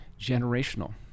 generational